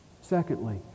Secondly